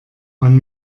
man